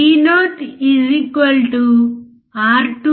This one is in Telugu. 5 వోల్ట్లను వర్తింపజేద్దాం